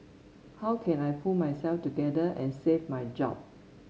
how can I pull myself together and save my job